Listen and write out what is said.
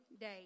day